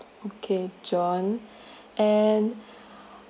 okay john and